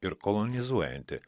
ir kolonizuojanti